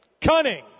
Cunning